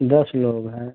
दस लोग हैं